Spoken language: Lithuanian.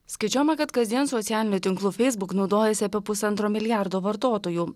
skaičiuojama kad kasdien socialiniu tinklu feisbuk naudojasi apie pusantro milijardo vartotojų